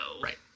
Right